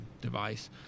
device